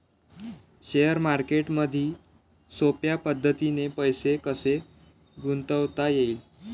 Share मार्केटमधी सोप्या पद्धतीने पैसे कसे गुंतवता येईन?